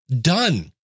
done